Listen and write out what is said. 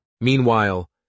Meanwhile